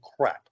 crap